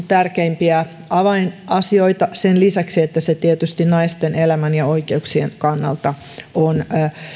tärkeimpiä avainasioita sen lisäksi että se tietysti naisten elämän ja oikeuksien kannalta on